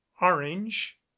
orange